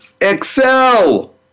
Excel